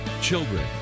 children